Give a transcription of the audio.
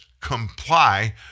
comply